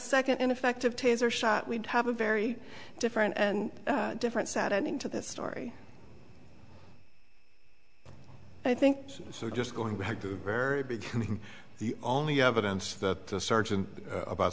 second ineffective taser shot we'd have a very different and different sad ending to this story i think so just going back to the very beginning the only evidence that the sergeant about